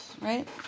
right